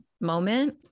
moment